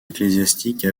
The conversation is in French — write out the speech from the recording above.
ecclésiastique